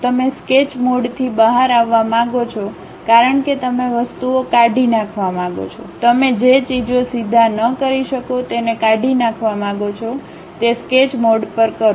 તમે સ્કેચ મોડથી બહાર આવવા માંગો છો કારણ કે તમે વસ્તુઓ કાઢી નાખવા માંગો છો તમે જે ચીજો સીધા ન કરી શકો તેને કાઢી નાખવા માંગો છો તે સ્કેચ મોડ પર કરો